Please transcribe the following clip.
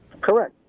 correct